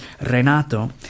Renato